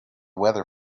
weather